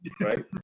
right